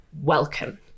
welcome